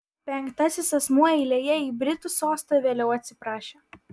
penktasis asmuo eilėje į britų sostą vėliau atsiprašė